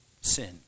sin